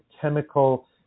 chemical